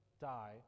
die